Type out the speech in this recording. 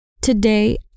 Today